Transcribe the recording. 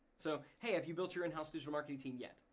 so hey, have you built your in-house digital marketing team yet.